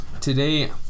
Today